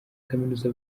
kaminuza